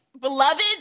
beloved